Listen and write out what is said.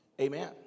Amen